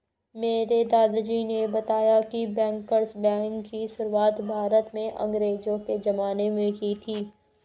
मेरे दादाजी ने बताया की बैंकर्स बैंक की शुरुआत भारत में अंग्रेज़ो के ज़माने में की थी